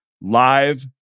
live